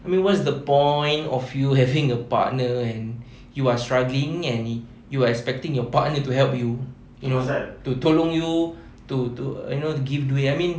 I mean what's the point of you having a partner and you are struggling and you are expecting your partner to help you you know to tolong you to to uh you know to give duit I mean